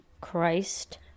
christ